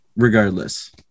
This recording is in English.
Regardless